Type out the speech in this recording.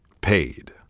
Paid